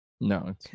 no